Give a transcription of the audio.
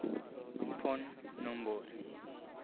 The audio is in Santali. phone number